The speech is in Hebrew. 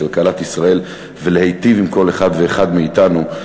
כלכלת ישראל ולהטיב עם כל אחד ואחד מאתנו,